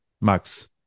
Max